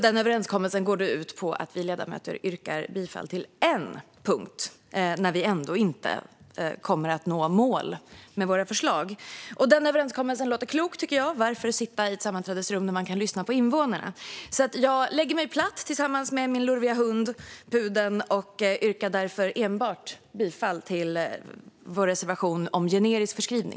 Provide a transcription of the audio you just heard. Den överenskommelsen går ut på att vi ledamöter yrkar bifall till en punkt när vi ändå inte kommer att nå mål med våra förslag. Den överenskommelsen låter klok, tycker jag. Varför sitta i ett sammanträdesrum när man kan lyssna på invånarna? Jag lägger mig platt tillsammans med min lurviga hund - pudeln - och yrkar bifall till enbart reservation 7 om generisk förskrivning.